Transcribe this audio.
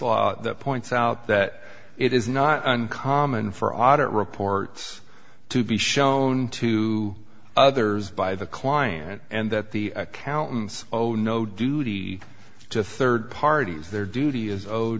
law that points out that it is not uncommon for audit reports to be shown to others by the client and that the accountants oh no duty to third parties their duty is o